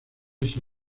ese